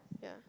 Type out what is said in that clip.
yeah